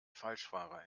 falschfahrer